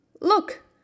Look